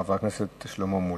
חבר הכנסת שלמה מולה.